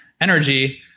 Energy